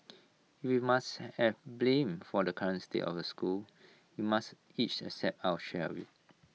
if we must have blame for the current state of the school we must each accept our share of IT